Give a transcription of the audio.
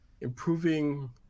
improving